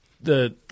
the-